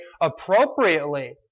appropriately